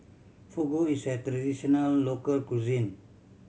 fugu is a traditional local cuisine